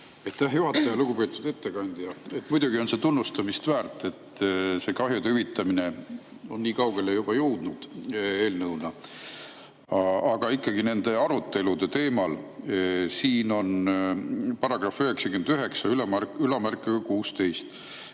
juhataja! Lugupeetud ettekandja! Muidugi on see tunnustamist väärt, et kahjude hüvitamine on nii kaugele juba jõudnud eelnõuna. Aga ikkagi küsin nende arutelude teemal. Siin on § 9916: